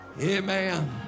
Amen